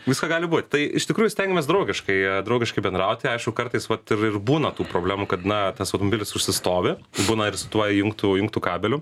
visko gali būti tai iš tikrųjų stengiamės draugiškai draugiškai bendrauti aišku kartais vat ir ir būna tų problemų kad na tas automobilis užsistovi būna ir su tuo įjungtu įjungtu kabeliu